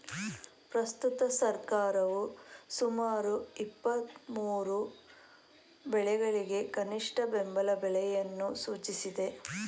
ಪ್ರಸ್ತುತ ಸರ್ಕಾರವು ಸುಮಾರು ಇಪ್ಪತ್ಮೂರು ಬೆಳೆಗಳಿಗೆ ಕನಿಷ್ಠ ಬೆಂಬಲ ಬೆಲೆಯನ್ನು ಸೂಚಿಸಿದೆ